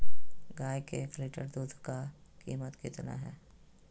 गाय के एक लीटर दूध का कीमत कितना है?